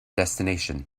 destination